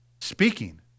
speaking